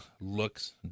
looks